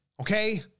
Okay